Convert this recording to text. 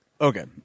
okay